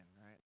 right